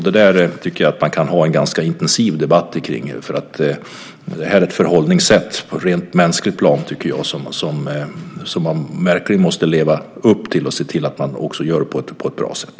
Det tycker jag att man kan föra en ganska intensiv debatt om. Det är ett förhållningssätt på ett rent mänskligt plan som man verkligen måste leva upp till. Man måste se till att man gör det här på ett bra sätt.